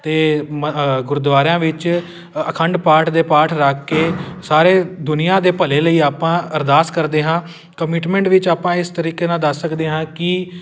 ਅਤੇ ਮ ਗੁਰਦੁਆਰਿਆਂ ਵਿੱਚ ਅਖੰਡ ਪਾਠ ਦੇ ਪਾਠ ਰੱਖ ਕੇ ਸਾਰੇ ਦੁਨੀਆਂ ਦੇ ਭਲੇ ਲਈ ਆਪਾਂ ਅਰਦਾਸ ਕਰਦੇ ਹਾਂ ਕਮਿਟਮੈਂਟ ਵਿੱਚ ਆਪਾਂ ਇਸ ਤਰੀਕੇ ਨਾਲ ਦੱਸ ਸਕਦੇ ਹਾਂ ਕਿ